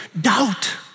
doubt